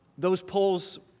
those polls